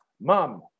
mom